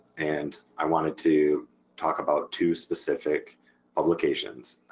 and i wanted to talk about two specific publications.